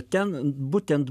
ten būtent